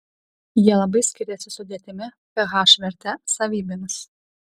jie labai skiriasi sudėtimi ph verte savybėmis